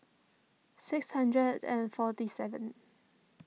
six hundred and forty seven